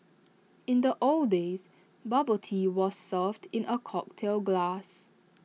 in the old days bubble tea was served in A cocktail glass